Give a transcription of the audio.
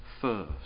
first